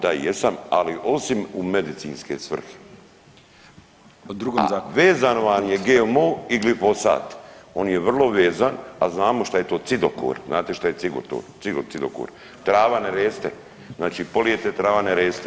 Da jesam, ali osim u medicinske svrhe, a vezano vam je GMO i glifosat, on je vrlo vezan, a znamo šta je to cidokor, znate šta je cidokor, trava ne reste, znači polijete trava ne reste.